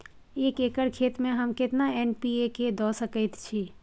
एक एकर खेत में हम केतना एन.पी.के द सकेत छी?